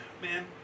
Man